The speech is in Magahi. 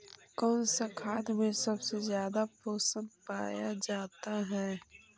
कौन सा खाद मे सबसे ज्यादा पोषण पाया जाता है?